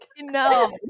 no